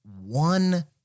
one